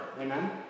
Amen